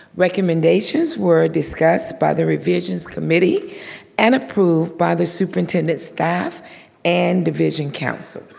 recommendations were discussed by the revisions committee and approved by the superintendent staff and division counsel.